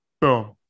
Boom